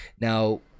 Now